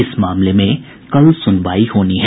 इस मामले में कल सुनवाई होनी है